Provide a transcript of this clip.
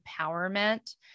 empowerment